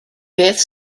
beth